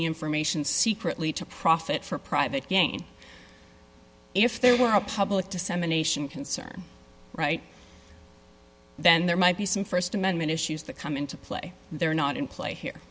the information secretly to profit for private gain if there were a public dissemination concern right then there might be some st amendment issues that come into play they're not in play here